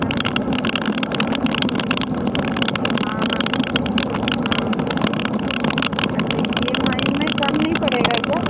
हं हाँ हाँ हाँ हाँ हाँ अच्छा ई एम आई में कम नहीं पड़ेगा क्या